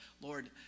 Lord